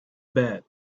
bed